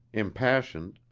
impassioned,